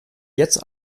jetzt